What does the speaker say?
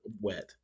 wet